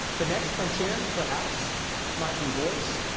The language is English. the next frontier perhaps might be voice.